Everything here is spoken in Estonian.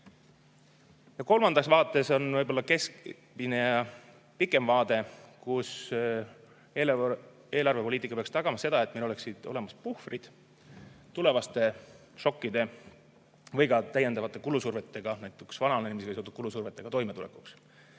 kannatada. Kolmas on võib-olla keskmine ja pikem vaade, kus eelarvepoliitika peaks tagama selle, et meil oleksid olemas puhvrid tulevaste šokkide või ka täiendavate kulusurvete jaoks, näiteks vananemisega seotud kulusurvega toimetulekuks.